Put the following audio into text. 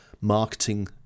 marketing